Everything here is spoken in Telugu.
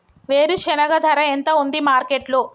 వేరుశెనగ ధర ఎంత ఉంది మార్కెట్ లో?